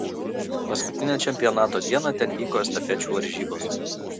paskutinę čempionato dieną ten vyko estafečių varžybos